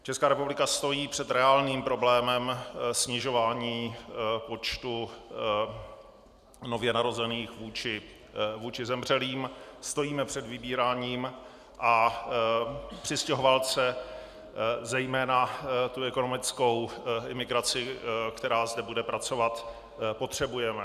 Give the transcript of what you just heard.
Česká republika stojí před reálným problémem snižování počtu nově narozených vůči zemřelým, stojíme před vybíráním a přistěhovalce, zejména ekonomickou imigraci, která zde bude pracovat, potřebujeme.